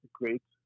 great